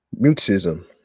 mutism